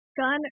gun